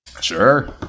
Sure